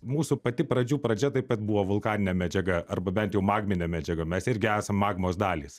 mūsų pati pradžių pradžia taip pat buvo vulkaninė medžiaga arba bent jau magmine medžiaga mes irgi esam magmos dalys